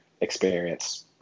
experience